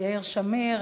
יאיר שמיר.